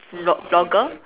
vlog~ vlogger